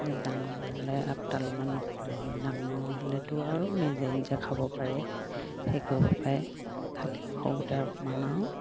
ডাঙৰ হ'লে আপদাল ইমান নকৰিলেও হয় ডাঙৰ হ'লেতো আৰু নিজে নিজে খাব পাৰে শেষ কৰিব পাৰে খালি সৰুতে অকমান আৰু